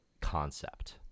concept